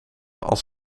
als